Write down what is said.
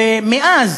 ומאז,